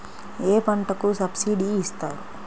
ఏ పంటకు సబ్సిడీ ఇస్తారు?